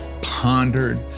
pondered